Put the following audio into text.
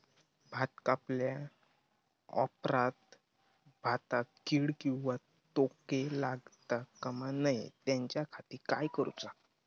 भात कापल्या ऑप्रात भाताक कीड किंवा तोको लगता काम नाय त्याच्या खाती काय करुचा?